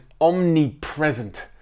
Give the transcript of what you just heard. omnipresent